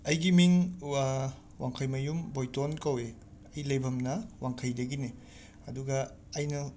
ꯑꯩꯒꯤ ꯃꯤꯡ ꯋꯥꯡꯈꯩꯃꯌꯨꯝ ꯕꯣꯏꯇꯣꯟ ꯀꯧꯋꯤ ꯑꯩ ꯂꯩꯐꯝꯅ ꯋꯥꯡꯈꯩꯗꯒꯤꯅꯤ ꯑꯗꯨꯒ ꯑꯩꯅ